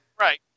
Right